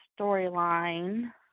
storyline